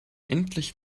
endlich